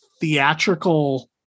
theatrical